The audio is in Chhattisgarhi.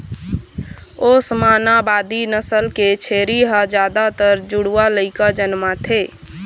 ओस्मानाबादी नसल के छेरी ह जादातर जुड़वा लइका जनमाथे